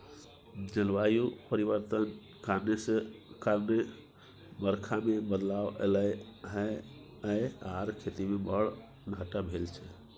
जलबायु परिवर्तन कारणेँ बरखा मे बदलाव एलय यै आर खेती मे बड़ घाटा भेल छै